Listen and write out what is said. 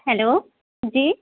hello جی